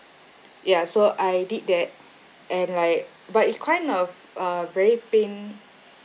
ya so I did that and like but it's kind of a very pain